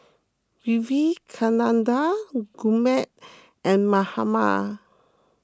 Vivekananda Gurmeet and Mahatma